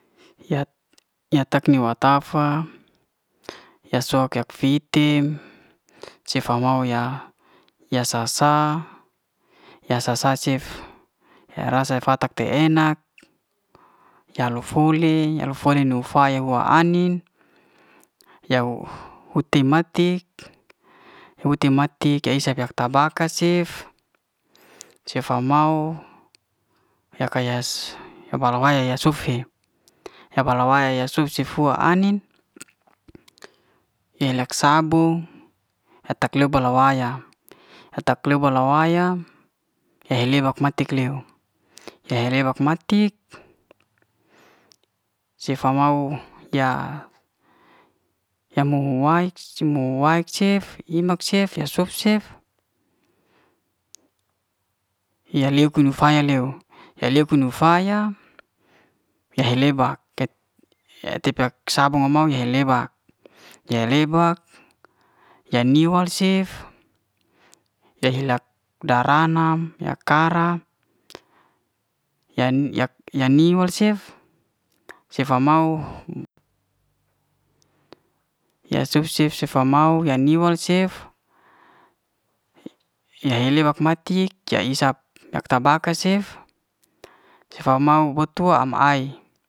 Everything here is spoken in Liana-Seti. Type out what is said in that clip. Yat yak tak ni wa tafa yak soa yak fitim sefa mau ya ya sa- sa ya sa- sa cef ya rasa fatak te enak ya lo'foly. ya lo'foly niuw faya hua ai'nin yau huti matik yak huti matik kaisa ya isap ya tabaka cef. cefa mau ya kayas ya pala waya ya sufi. ya fala waya sufi hua ai'nin ye lak sabung yak teba la waya yak tak leba bala waya ya lebak matik leu. ya lebak matik sefa mau ya ya mu hu way cef ima cef ya sof cef ya leku neiuw faya leu. ya leku niuw faya ya he lebak tipa sabun ya mau ya he lebak. ya lebak ya niuw wal cef yak hela dara nam yak kara ya ya yal niuw'al cef sefa mau ya su cef sefa mau ya niwal sef ya he lebak mati yak isap ya tabaka cef sefa mau bot'tua am ai.